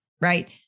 right